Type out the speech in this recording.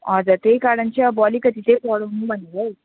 हजुर त्यही कारण चाहिँ अलिकति चाहिँ पढाउनु भनेर हौ